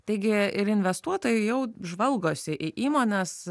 taigi ir investuotojai jau žvalgosi į įmones